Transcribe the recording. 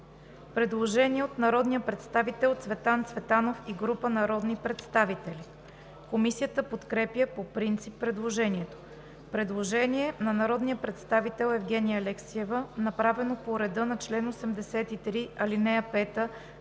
Предложение от народния представител Цветан Цветанов и група народни представители. Комисията подкрепя по принцип предложението. Предложение на народния представител Евгения Алексиева, направено по реда на чл. 83, ал. 5,